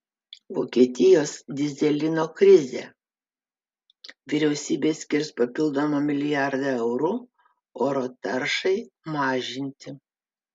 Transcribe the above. vokietijos dyzelino krizė vyriausybė skirs papildomą milijardą eurų oro taršai mažinti